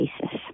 basis